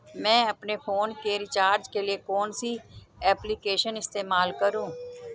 मैं अपने फोन के रिचार्ज के लिए कौन सी एप्लिकेशन इस्तेमाल करूँ?